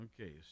Okay